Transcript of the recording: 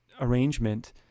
arrangement